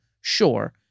sure